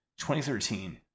2013